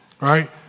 right